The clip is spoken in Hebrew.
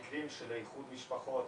כל המקרים של איחוד המשפחות,